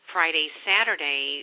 Friday-Saturday